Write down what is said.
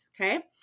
okay